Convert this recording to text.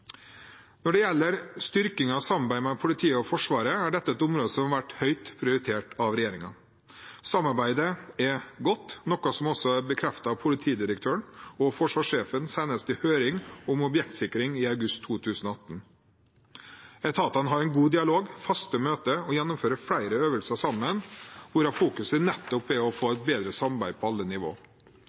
Når det gjelder styrkingen av samarbeidet mellom politi og forsvar, er dette et område som har vært høyt prioritert av regjeringen. Samarbeidet er godt, noe som også er bekreftet av politidirektøren og forsvarssjefen, senest i høring om objektsikring i august 2018. Etatene har en god dialog, faste møter og gjennomfører flere øvelser sammen hvor fokuset nettopp er å få et bedre samarbeid på alle nivå.